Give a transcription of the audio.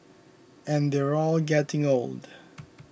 and they're all getting old